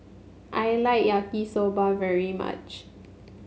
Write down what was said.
I like Yaki Soba very much